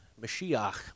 Mashiach